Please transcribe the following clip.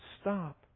stop